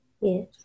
yes